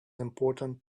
important